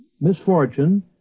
misfortune